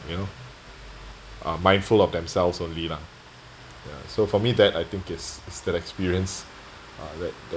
you know a mindful of themselves only lah yeah so for me that I think it's it's that experience uh that that